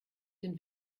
den